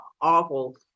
awful